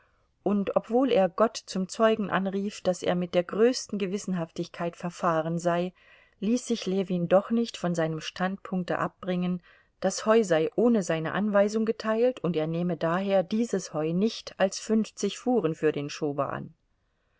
und obwohl er gott zum zeugen anrief daß er mit der größten gewissenhaftigkeit verfahren sei ließ sich ljewin doch nicht von seinem standpunkte abbringen das heu sei ohne seine anweisung geteilt und er nehme daher dieses heu nicht als fünfzig fuhren für den schober an